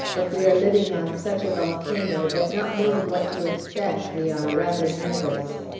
but we are living on such a volcano, that, not knowing what to expect, we are rather nervous.